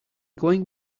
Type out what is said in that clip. going